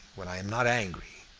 when i am not angry,